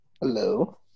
Hello